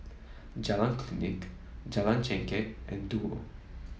Jalan Klinik Jalan Chengkek and Duo